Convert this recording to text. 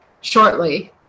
shortly